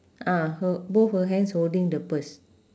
ah her both her hands holding the purse